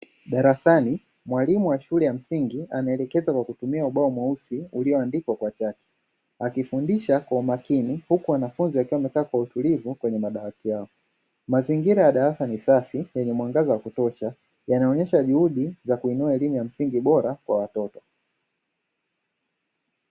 Darasani, mwalimu wa shule ya msingi anaelekeza kwa kutumia ubao mweusi ulioandikwa kwa chaki. Akifundisha kwa umakini huku wanafunzi wakiwa wamekaa kwa utulivu kwenye madawati yao. Mazingira ya darasa ni safi yenye mwangaza wa kutosha, yanaonesha juhudi ya kuinua elimu ya msingi bora kwa watoto.